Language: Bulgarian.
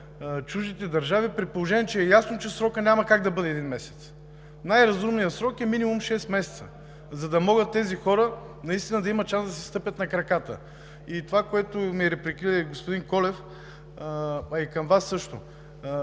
чуждите държави, при положение че е ясно, че срокът няма как да бъде един месец. Най-разумният срок е минимум шест месеца, за да могат тези хора наистина да имат шанса да си стъпят на краката. Това, с което ме репликира господин Колев, а и към Вас също: